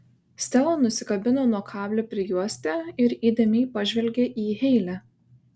stela nusikabino nuo kablio prijuostę ir įdėmiai pažvelgė į heile